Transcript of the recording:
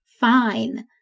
fine